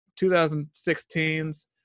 2016's